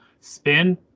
Spin